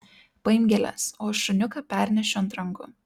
paimk gėles o aš šuniuką pernešiu ant rankų